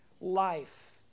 life